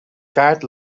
kaart